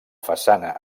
façana